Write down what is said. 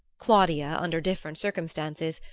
claudia, under different circumstances,